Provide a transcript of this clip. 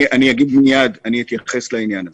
מייד אתייחס לעניין הזה.